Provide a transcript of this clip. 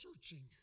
searching